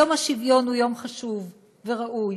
יום השוויון הוא יום חשוב וראוי,